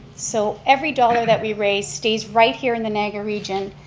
so, every dollar that we raise stays right here in the niagara region,